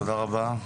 תודה רבה.